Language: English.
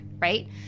Right